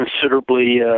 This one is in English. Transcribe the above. considerably